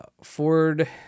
Ford